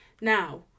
now